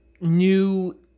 new